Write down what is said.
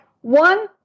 one